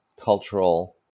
cultural